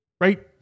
right